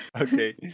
Okay